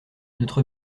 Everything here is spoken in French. notre